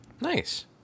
Nice